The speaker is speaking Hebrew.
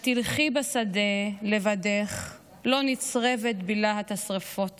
// את תלכי בשדה לבדך / לא נצרבת בלהט השרפות